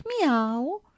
meow